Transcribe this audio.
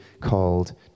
called